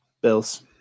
Bills